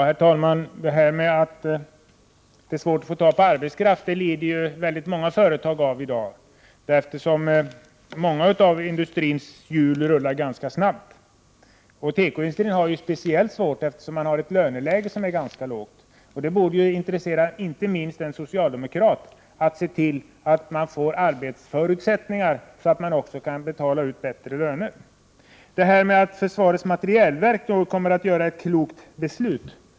Herr talman! Svårigheterna att få tag på arbetskraft lider ett stort antal företag av i dag, eftersom många av industrins hjul rullar ganska snabbt. Tekoindustrin har det speciellt svårt, eftersom lönerna där är ganska låga. Det borde intressera inte minst en socialdemokrat att se till att det blir sådana arbetsförutsättningar att man kan betala ut bättre löner. Det vore väl bra om försvarets materielverk kunde fatta kloka beslut.